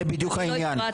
זה בדיוק העניין.